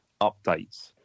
updates